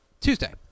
Tuesday